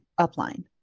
upline